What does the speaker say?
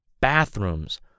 bathrooms